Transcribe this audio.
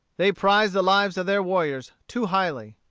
they prized the lives of their warriors too highly.